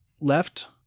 left